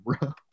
bro